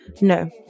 No